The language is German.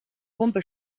humpe